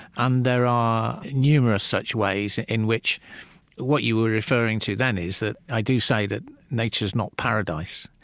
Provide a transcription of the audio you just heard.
and there are numerous such ways in which what you were referring to then is that i do say that nature's not paradise.